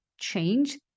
change